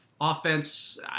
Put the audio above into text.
Offense